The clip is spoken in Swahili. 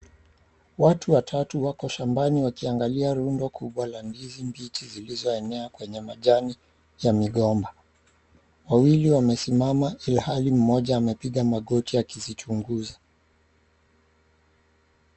Watu watatu wako shambani wakiangalia rundo kubwa la ndizi mbichi zilizoelea kwenye majani ya migomba. Wawili wamesimama ilhali mmoja amepiga magoti akizichunguza.